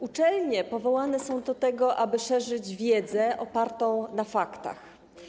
Uczelnie powołane są do tego, aby szerzyć wiedzę opartą na faktach.